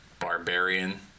Barbarian